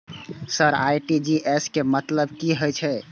Sir RTGS के मतलब की हे छे?